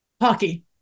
hockey